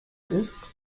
ist